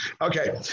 okay